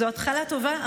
זו התחלה טובה,